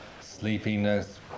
sleepiness